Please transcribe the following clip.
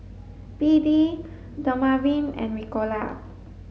B D Dermaveen and Ricola